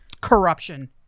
corruption